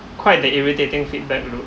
quite the irritating feedback though